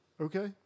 Okay